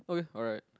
okay alright